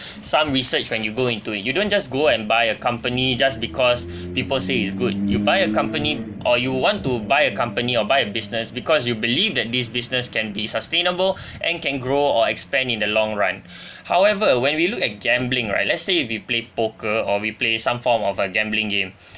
some research when you go into you don't just go and buy a company just because people say is good you buy a company or you want to buy a company or buy a business because you believe that this business can be sustainable and can grow or expand in the long run however when we look at gambling right let's say if you play poker or we play some form of a gambling game